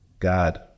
God